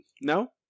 no